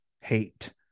hate